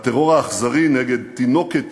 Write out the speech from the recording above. הטרור האכזרי נגד תינוקת